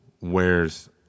wears